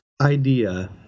idea